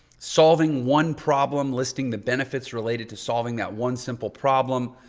solving one problem, listing the benefits related to solving that one simple problem,